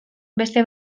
beste